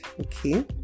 Okay